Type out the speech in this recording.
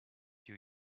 you